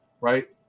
right